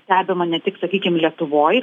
stebima ne tik sakykim lietuvoj